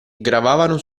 gravavano